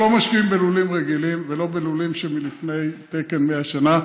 אנחנו לא משקיעים בלולים רגילים ולא בלולים לפי תקן מלפני 100 שנה.